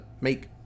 make